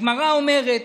הגמרא אומרת